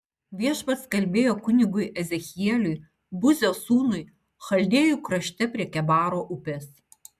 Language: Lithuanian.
viešpats kalbėjo kunigui ezechieliui buzio sūnui chaldėjų krašte prie kebaro upės